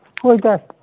ꯍꯣꯏꯗ